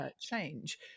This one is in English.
change